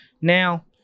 now